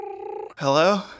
Hello